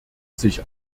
sich